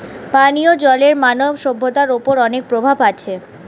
পানিও জলের মানব সভ্যতার ওপর অনেক প্রভাব আছে